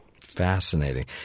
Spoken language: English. Fascinating